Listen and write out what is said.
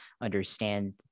understand